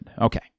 Okay